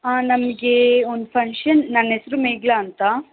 ಹಾಂ ನಮಗೆ ಒಂದು ಫಂಕ್ಷನ್ ನನ್ನ ಹೆಸ್ರು ಮೇಘಲ ಅಂತ